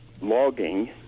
logging